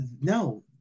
no